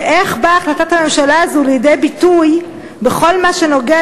ואיך באה החלטת הממשלה הזאת לידי ביטוי בכל מה שקשור